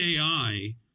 AI